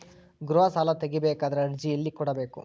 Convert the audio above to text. ಗೃಹ ಸಾಲಾ ತಗಿ ಬೇಕಾದರ ಎಲ್ಲಿ ಅರ್ಜಿ ಕೊಡಬೇಕು?